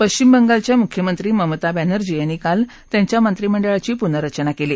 पश्चिम बंगालच्या मुख्यमंत्री ममता बर्म्झी यांनी काल त्यांच्या मंत्रिमंडळाची पुनर्रचना केली